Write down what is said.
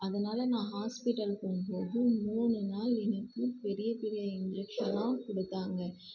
அதனால் நான் ஹாஸ்பிடல் போகும்போது மூணு நாள் எனக்கு பெரிய பெரிய இன்ஜெக்ஷனெலாம் கொடுத்தாங்க